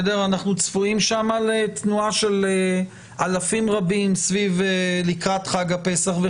שם אנחנו צפויים לתנועה של אלפים רבים לקראת חג הפסח,